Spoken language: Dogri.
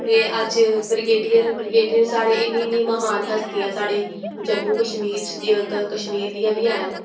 ते अज ब्रगेडियर ब्रिगेडियर साढ़े इन्नी इन्नी महान हस्तियां साढ़े जम्मू कश्मीर च द क कश्मीर दियां बी हैन